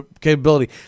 capability